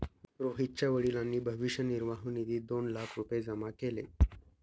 रोहितच्या वडिलांनी भविष्य निर्वाह निधीत दोन लाख रुपये जमा केले